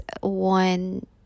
one